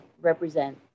represent